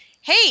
hey